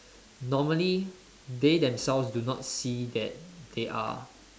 normally they themselves do not see that they are